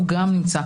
הוא גם נמצא.